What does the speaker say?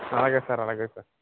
అలాగే సార్ అలాగే సార్